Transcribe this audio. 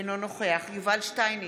אינו נוכח יובל שטייניץ,